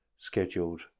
scheduled